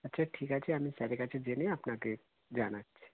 আচ্ছা ঠিক আছে আমি স্যারের কাছে জেনে আপনাকে জানাচ্ছি